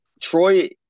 Troy